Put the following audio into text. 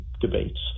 debates